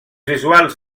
visuals